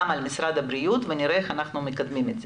על משרד הבריאות ונראה איך אנחנו מקדמים את זה.